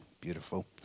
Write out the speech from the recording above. beautiful